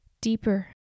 deeper